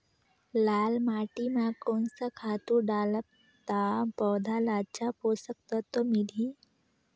लाल माटी मां कोन सा खातु डालब ता पौध ला अच्छा पोषक तत्व मिलही?